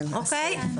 סעיף (ג).